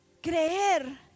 creer